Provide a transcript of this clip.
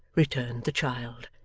returned the child,